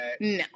no